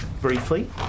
briefly